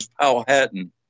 Powhatan